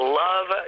love